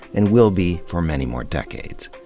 and will be for many more decades.